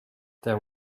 there